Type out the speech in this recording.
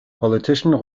politician